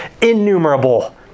innumerable